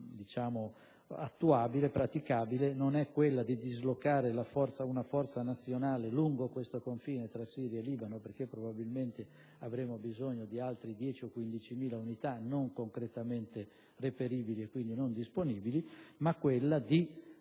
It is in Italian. più attuabile e praticabile non è quella di dislocare una forza nazionale lungo il confine tra Siria e Libano, perché probabilmente avremmo bisogno di altre 10.000-15.000 unità non concretamente reperibili e quindi non disponibili, ma quella di individuare